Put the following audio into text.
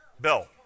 Bill